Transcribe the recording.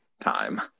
time